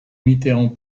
mitterrand